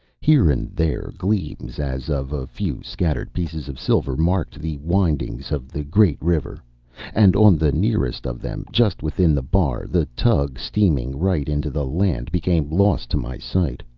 here and there gleams as of a few scattered pieces of silver marked the windings of the great river and on the nearest of them, just within the bar, the tug steaming right into the land became lost to my sight,